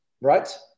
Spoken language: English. right